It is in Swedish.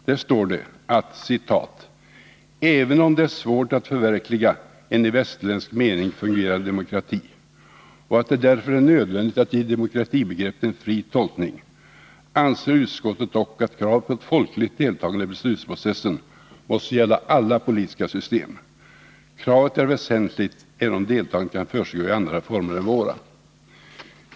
Där står det att ”även om det är svårt att förverkliga en i västerländsk mening fungerande demokrati och att det därför är nödvändigt att ge demokratibegreppet en fri tolkning anser utskottet dock att kravet på ett folkligt deltagande i beslutsprocessen måste gälla alla politiska system. Kravet är väsentligt även om deltagandet kan försiggå i andra former än våra.